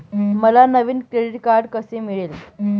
मला नवीन credit card कसे मिळेल?